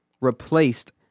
replaced